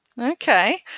Okay